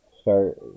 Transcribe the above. Start